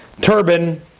turban